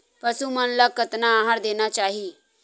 पशु मन ला कतना आहार देना चाही?